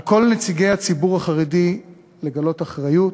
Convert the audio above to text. על כל נציגי הציבור החרדי לגלות אחריות,